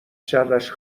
شرش